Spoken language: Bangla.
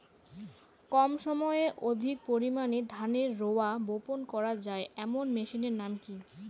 কম সময়ে অধিক পরিমাণে ধানের রোয়া বপন করা য়ায় এমন মেশিনের নাম কি?